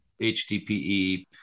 HDPE